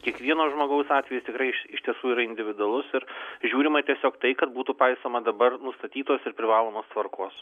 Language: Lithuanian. kiekvieno žmogaus atvejis tikrai iš iš tiesų yra individualus ir žiūrima tiesiog tai kad būtų paisoma dabar nustatytos ir privalomos tvarkos